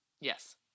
Yes